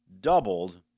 doubled